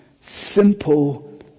simple